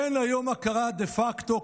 אין היום הכרה דה פקטו,